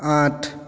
আঠ